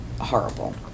horrible